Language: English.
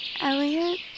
Elliot